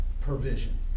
provision